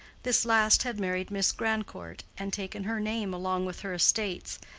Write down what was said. this last had married miss grandcourt, and taken her name along with her estates,